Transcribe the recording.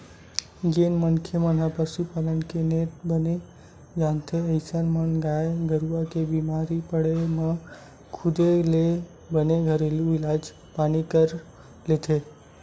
जेन मनखे मन ह पसुपालन के नेत बने जानथे अइसन म गाय गरुवा के बीमार पड़े म खुदे ले बने घरेलू इलाज पानी कर लेथे